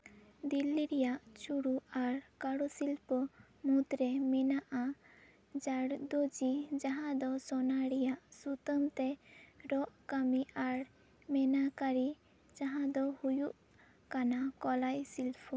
ᱫᱤᱞᱞᱤ ᱨᱮᱭᱟᱜ ᱪᱩᱲᱩ ᱟᱨ ᱠᱟᱹᱨᱩ ᱥᱤᱞᱯᱚ ᱢᱩᱫᱽᱨᱮ ᱢᱮᱱᱟᱜᱼᱟ ᱡᱟᱲ ᱫᱚ ᱡᱤ ᱡᱟᱦᱟᱸ ᱫᱚ ᱥᱳᱱᱟ ᱨᱮᱭᱟᱜ ᱥᱩᱛᱟᱹᱢ ᱛᱮ ᱨᱚᱜ ᱠᱟᱹᱢᱤ ᱟᱨ ᱢᱤᱱᱟᱠᱟ ᱨᱤ ᱡᱟᱦᱟᱸ ᱫᱚ ᱦᱩᱭᱩᱜ ᱠᱟᱱᱟ ᱠᱚᱞᱟᱭ ᱥᱤᱞᱯᱚ